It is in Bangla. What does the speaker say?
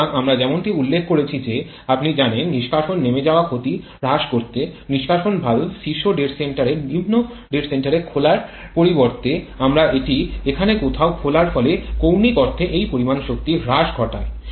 এবং আমরা যেমনটি উল্লেখ করেছি নিষ্কাশন নেমে যাওয়া ক্ষতি হ্রাস করতে আপনি জানেন যে নিষ্কাশন ভালভটি নিম্ন ডেড সেন্টারে খোলার পরিবর্তে আমরা এটি এখানে কোথাও খুলি যার ফলে কৌণিক অর্থে এই পরিমাণ শক্তি হ্রাস ঘটে